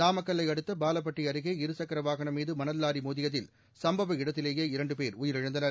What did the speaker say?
நாமக்கல்லை அடுத்த பாலபட்டி அருகே இரு சக்கர வாகனம் மீது மணல் லாரி மோதியதில் சம்பவ இடத்திலேயே இரண்டு பேர் உயிரிழந்தனர்